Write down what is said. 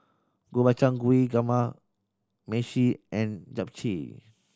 Gobchang Gui Kamameshi and Japchae